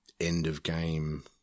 end-of-game